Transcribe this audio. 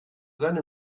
seine